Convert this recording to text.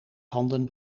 handen